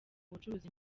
ubucuruzi